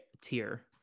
tier